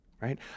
right